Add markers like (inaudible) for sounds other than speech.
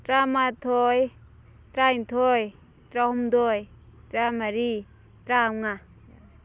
ꯇꯔꯥꯃꯥꯊꯣꯏ ꯇꯔꯥꯅꯤꯊꯣꯏ ꯇꯔꯥꯍꯨꯝꯗꯣꯏ ꯇꯔꯥꯃꯔꯤ ꯇꯔꯥꯃꯉꯥ (unintelligible)